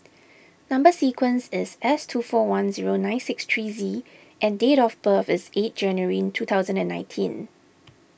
Number Sequence is S two four one zero nine six three Z and date of birth is eight January two thousand and nineteen